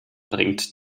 bringt